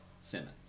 Simmons